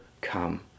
come